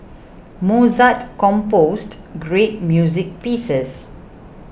Mozart composed great music pieces